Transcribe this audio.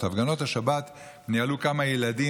את הפגנות השבת ניהלו כמה ילדים